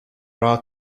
are